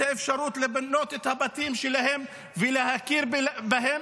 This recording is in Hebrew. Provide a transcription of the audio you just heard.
האפשרות לבנות את הבתים שלהם ולהכיר בהם,